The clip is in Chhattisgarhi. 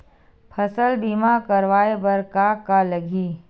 फसल बीमा करवाय बर का का लगही?